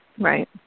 Right